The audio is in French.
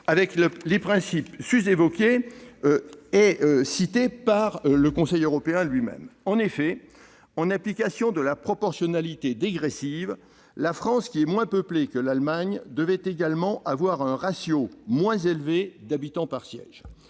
avec les principes sus-évoqués, affirmés par le Conseil européen lui-même. En effet, en application de la proportionnalité dégressive, la France, qui est moins peuplée que l'Allemagne, devait également avoir un ratio moins élevé d'habitants par siège.